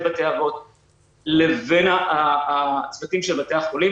בתי אבות לבין הצוותים של בתי החולים.